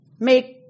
make